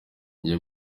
nge